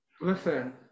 Listen